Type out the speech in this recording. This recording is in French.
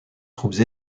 troupes